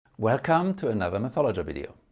welcome to another mathologer video.